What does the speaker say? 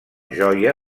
joia